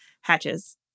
hatches